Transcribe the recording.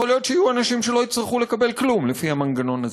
יכול להיות שיהיו אנשים שלא יצטרכו לקבל כלום לפי המנגנון הזה,